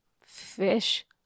Fish